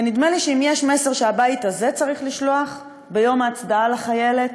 ונדמה לי שאם יש מסר שהבית הזה צריך לשלוח ביום ההצדעה לחיילת,